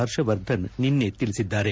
ಹರ್ಷವರ್ಧನ್ ನಿನ್ನೆ ತಿಳಿಸಿದ್ದಾರೆ